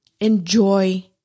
enjoy